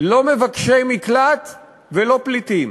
לא מבקשי מקלט ולא פליטים.